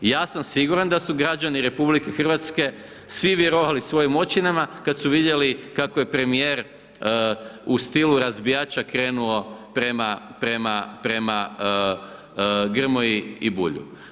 Ja sam siguran da su građani RH svi vjerovali svojim očima kad su vidjeli kako je premijer u stilu razbijača krenuo prema, prema, prema Grmoji i Bulju.